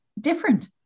different